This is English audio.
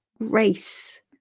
grace